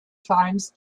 times